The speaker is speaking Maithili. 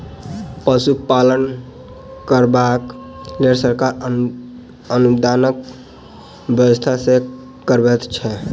पशुपालन करबाक लेल सरकार अनुदानक व्यवस्था सेहो करबैत छै